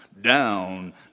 down